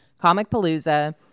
comicpalooza